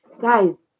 guys